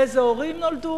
לאיזה הורים נולד,